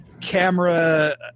camera